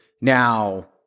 Now